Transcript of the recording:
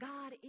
God